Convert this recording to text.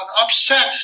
upset